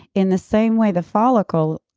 in the same way the follicle,